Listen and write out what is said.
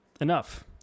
enough